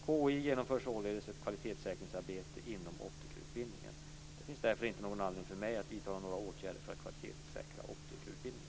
KI genomför således ett kvalitetssäkringsarbete inom optikerutbildningen. Det finns därför inte någon anledning för mig att vidta några åtgärder för att kvalitetssäkra optikerutbildningen.